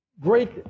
great